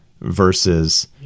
versus